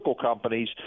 Companies